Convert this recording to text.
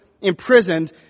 imprisoned